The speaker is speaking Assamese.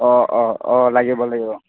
অঁ অঁ অঁ লাগিব লাগিব